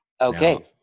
Okay